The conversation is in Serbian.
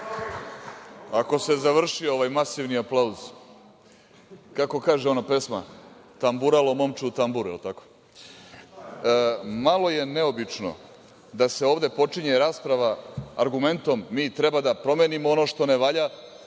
Ako se završio ovaj masivni aplauz, kako kaže pesma – tamburalo momče u tamburu. Je li tako? Malo je neobično da se ovde počinje rasprava argumentom, mi treba da promenimo ono što ne valja,